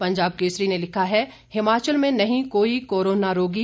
पंजाब केसरी ने लिखा है हिमाचल में नहीं कोई कोरोना रोगी